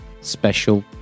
special